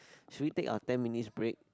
should we take a ten minutes break